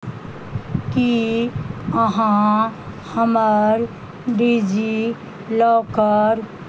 की अहाँ हमर डिजीलॉकर